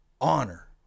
honor